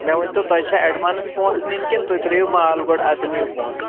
مےٚ ؤنۍتَو تۄہہِ چھا ایٚڈوانس پوٗنٛسہٕ نِنۍ کِنہِ تُہۍ ترٛٲوِو مال گۄڈٕ اَدٕ نِیو پوٗنٛسہٕ